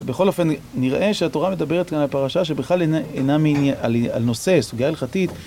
בכל אופן נראה שהתורה מדברת על הפרשה שבכלל אינה מעניינה על נושא סוגיה הלכתית.